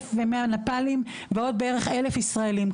1,100 נפאלים ועוד בערך אלף ישראלים,